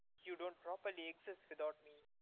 you don't properly exist without me.